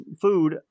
food